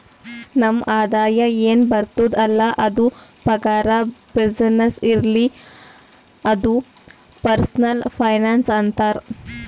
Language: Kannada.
ನಮ್ ಆದಾಯ ಎನ್ ಬರ್ತುದ್ ಅಲ್ಲ ಅದು ಪಗಾರ, ಬಿಸಿನ್ನೆಸ್ನೇ ಇರ್ಲಿ ಅದು ಪರ್ಸನಲ್ ಫೈನಾನ್ಸ್ ಅಂತಾರ್